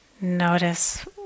Notice